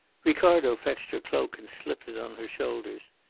ricardo fetched her cloak and slipped it on her shoulders.